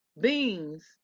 beans